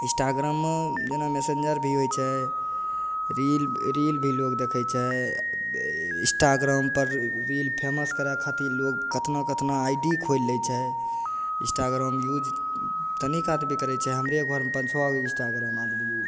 इन्स्टाग्राममे जेना मैसेन्जर भी होइ छै रील रील भी लोक देखै छै इन्स्टाग्रामपर रील फेमस करै खातिर लोक कतना कतना आइ डी खोलि लै छै इन्स्टाग्राम यूज तनि आदमी करै छै हम भी अपन घरमे पाँच छओ गो इन्स्टाग्राम यूज